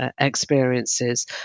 experiences